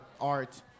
art